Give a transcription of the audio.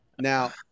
Now